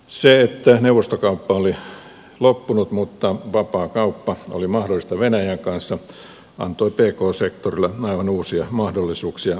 se että neuvostokauppa oli loppunut mutta vapaakauppa oli mahdollista venäjän kanssa antoi pk sektorille aivan uusia mahdollisuuksia lähimarkkinoilla